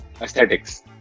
Aesthetics